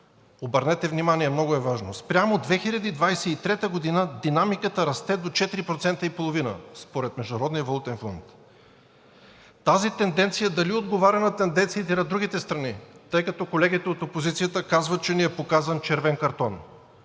Обърнете внимание, много е важно, спрямо 2023 г. динамиката расте до 4,5% според Международния валутен фонд. Тази тенденция дали отговаря на тенденциите на другите страни, тъй като колегите от опозицията казват, че ни е показан червен картон.